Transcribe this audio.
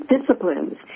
disciplines